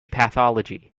pathology